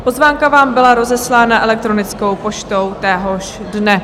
Pozvánka vám byla rozeslána elektronickou poštou téhož dne.